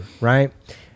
right